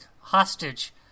hostage